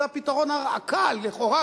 זה הפתרון הקל לכאורה,